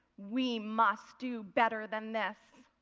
we must do better than this.